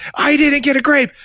i need to get a grape.